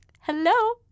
Hello